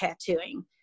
tattooing